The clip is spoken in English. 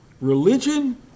religion